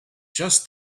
just